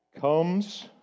comes